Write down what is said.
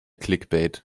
clickbait